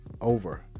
over